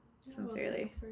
sincerely